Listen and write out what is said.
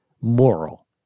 moral